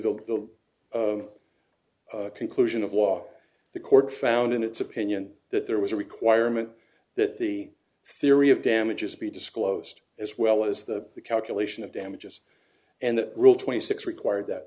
the conclusion of law the court found in its opinion that there was a requirement that the theory of damages be disclosed as well as the calculation of damages and that rule twenty six required that